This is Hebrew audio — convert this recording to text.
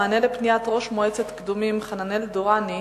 במענה על פניית ראש מועצת קדומים חננאל דוראני,